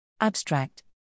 abstract